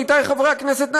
עמיתי חברי הכנסת,